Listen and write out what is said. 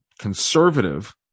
conservative